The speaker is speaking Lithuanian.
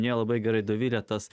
nelabai gerai dovilę tas